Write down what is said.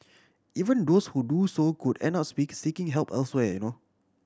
even those who do so could end up speak seeking help elsewhere